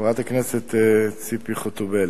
חברת הכנסת ציפי חוטובלי,